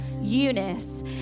Eunice